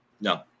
no